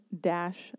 dash